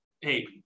hey